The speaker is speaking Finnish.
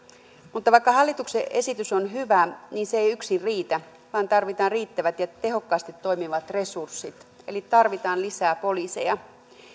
mutta vaikka hallituksen esitys on hyvä niin se ei yksin riitä vaan tarvitaan riittävät ja tehokkaasti toimivat resurssit eli tarvitaan lisää poliiseja